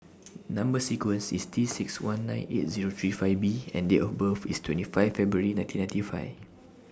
Number sequence IS T six one nine eight Zero three five B and Date of birth IS twenty five February nineteen ninety five